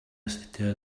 astudio